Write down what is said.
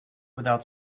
without